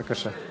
בבקשה.